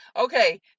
okay